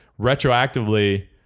retroactively